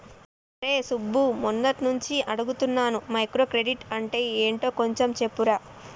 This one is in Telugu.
రేయ్ సుబ్బు, మొన్నట్నుంచి అడుగుతున్నాను మైక్రో క్రెడిట్ అంటే యెంటో కొంచెం చెప్పురా